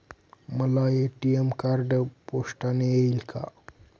मला ATM card पोस्टाने येईल का?